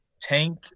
tank